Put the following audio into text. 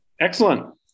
Excellent